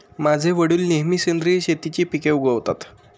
माझे वडील नेहमी सेंद्रिय शेतीची पिके उगवतात